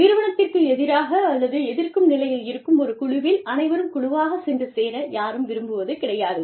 நிறுவனத்திற்கு எதிராக அல்லது எதிர்க்கும் நிலையில் இருக்கும் ஒரு குழுவில் அனைவரும் குழுவாகச் சென்று சேர யாரும் விரும்புவது கிடையாது